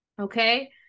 Okay